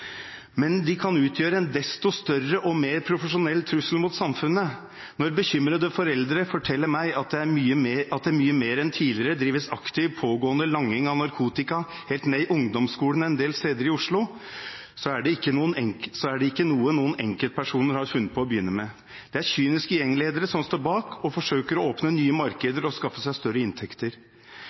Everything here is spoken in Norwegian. men de kan utgjøre en desto større og mer profesjonell trussel mot samfunnet. Når bekymrede foreldre forteller meg at det mye mer enn tidligere drives aktiv, pågående langing av narkotika helt ned i ungdomsskolen en del steder i Oslo, er det ikke noe noen enkeltpersoner har funnet på å begynne med. Det er kyniske gjengledere som står bak og forsøker å åpne nye markeder og skaffe seg større inntekter.